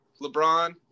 LeBron